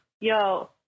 Yo